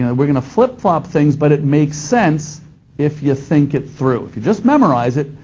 and we're going to flip flop things, but it makes sense if you think it through. if you just memorize it,